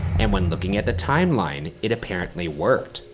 and when looking at the timeline, it apparently worked.